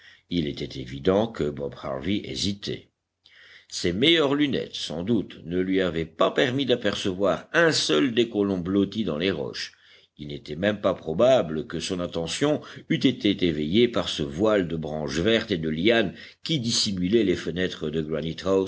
il était évident que bob harvey hésitait ses meilleures lunettes sans doute ne lui avaient pas permis d'apercevoir un seul des colons blottis dans les roches il n'était même pas probable que son attention eût été éveillée par ce voile de branches vertes et de lianes qui dissimulait les fenêtres de